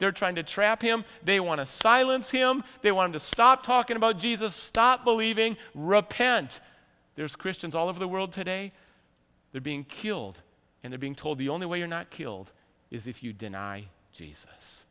they're trying to trap him they want to silence him they want to stop talking about jesus stop believing repent there's christians all over the world today they're being killed and they're being told the only way you're not killed is if you deny je